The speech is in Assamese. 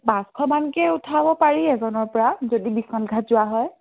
পাঁচশ মানকৈ উঠাব পাৰি এজনৰ পৰা যদি বিশ্ৱনাথ ঘাট যোৱা হয়